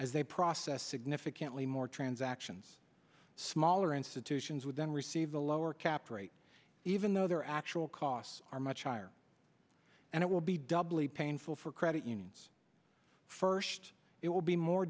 as they process significantly more transactions smaller institutions would then receive a lower cap rate even though their actual costs are much higher and it will be doubly painful for credit unions first it will be more